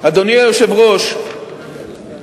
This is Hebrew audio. אדוני היושב-ראש,